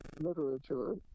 literature